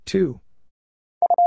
Two